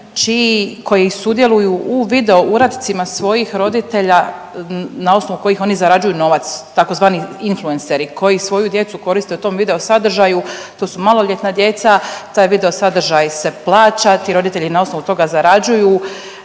koji sudjeluju u video uradcima svojih roditelja na osnovu kojih oni zarađuju novac, tzv. influenceri koji svoju djecu koriste u tom video sadržaju. To su maloljetna djeca. Taj video sadržaj se plaća. Ti roditelji na osnovu toga zarađuju.